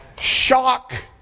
Shock